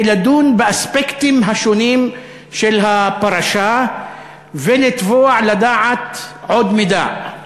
לדון באספקטים השונים של הפרשה ולתבוע לדעת עוד מידע.